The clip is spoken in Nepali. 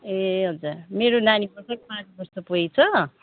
ए हजुर मेरो नानीको चाहिँ पाँच वर्ष पुगेको छ